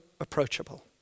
approachable